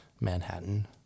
Manhattan